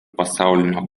pasaulinio